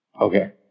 Okay